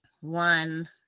one